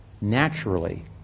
naturally